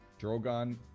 Drogon